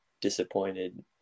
disappointed